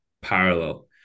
parallel